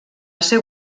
ser